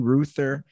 Ruther